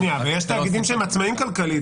יש תאגידים שהם עצמאיים כלכלית.